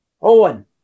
Owen